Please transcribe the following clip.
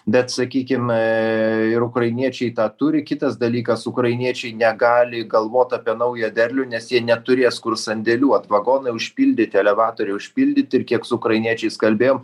bet sakykim e ir ukrainiečiai tą turi kitas dalykas ukrainiečiai negali galvot apie naują derlių nes jie neturės kur sandėliuot vagonai užpildyti elevatoriai užpildyti ir kiek su ukrainiečiais kalbėjom